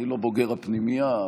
אני לא בוגר הפנימייה,